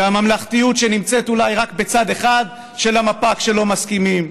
והממלכתיות שנמצאת אולי רק בצד אחד של המפה כשלא מסכימים,